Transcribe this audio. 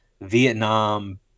Vietnam